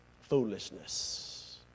Foolishness